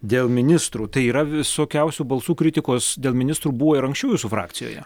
dėl ministrų tai yra visokiausių balsų kritikos dėl ministrų buvo ir anksčiau jūsų frakcijoje